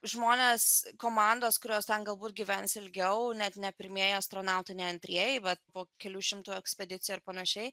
žmonės komandos kurios galbūt gyvens ilgiau net ne pirmieji astronautų ne antrieji bet po kelių šimtų ekspedicijų ir panašiai